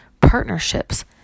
partnerships